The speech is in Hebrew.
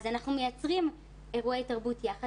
אז אנחנו מייצרים אירועי תרבות יחד